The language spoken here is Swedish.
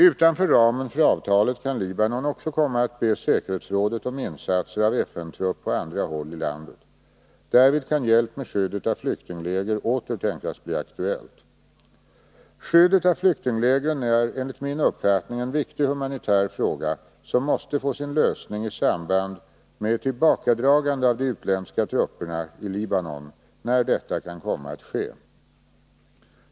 Utanför ramen för avtalet kan Libanon också komma att be säkerhetsrådet om insatser av FN-trupp på andra håll i landet. Därvid kan hjälp med skyddet av flyktingläger åter tänkas bli aktuellt. Skyddet av flyktinglägren är enligt min uppfattning en viktig humanitär fråga, som måste få sin lösning i samband med ett tillbakadragande av de utländska trupperna i Libanon, när detta kan komma att ske.